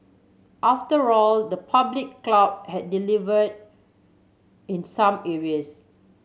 after all the public cloud has delivered in some areas